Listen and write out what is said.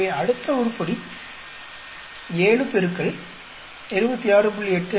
எனவே அடுத்த உருப்படி 7 X 76